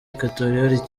equatorial